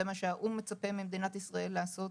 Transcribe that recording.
זה מה שהאו"ם מצפה ממדינת ישראל לעשות.